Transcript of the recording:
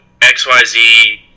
XYZ